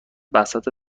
بساط